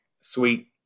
sweet